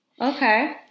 okay